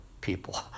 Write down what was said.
people